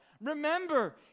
Remember